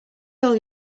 all